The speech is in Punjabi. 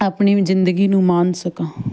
ਆਪਣੀ ਜ਼ਿੰਦਗੀ ਨੂੰ ਮਾਣ ਸਕਾਂ